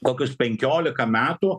kokius penkiolika metų